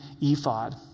ephod